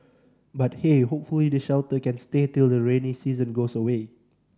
but hey hopefully the shelter can stay till the rainy season goes away